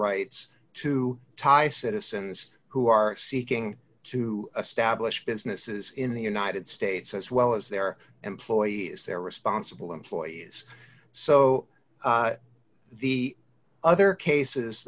rights to tie citizens who are seeking to establish businesses in the united states as well as their employees their responsible employees so the other cases